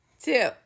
two